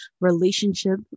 relationship